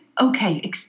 okay